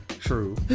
True